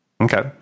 Okay